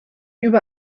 über